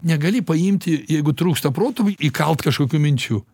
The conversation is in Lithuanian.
negali paimti jeigu trūksta proto įkalt kažkokių minčių